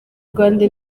rwanda